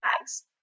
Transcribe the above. bags